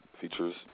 features